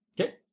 Okay